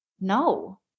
No